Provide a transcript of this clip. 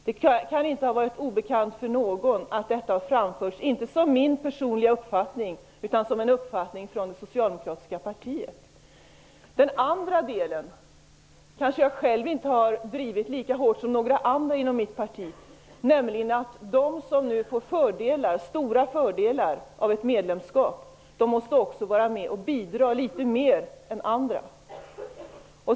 Det kan inte ha varit obekant för någon att detta har framförts, inte som min personliga uppfattning utan som en uppfattning från det socialdemokratiska partiet. Den andra saken är något som jag kanske inte själv har drivit lika hårt som andra i mitt parti, nämligen att de som nu får stora fördelar av ett medlemskap också måste bidra litet mer än andra.